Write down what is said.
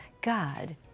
God